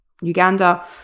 Uganda